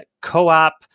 co-op